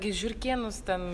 gi žiurkėnus ten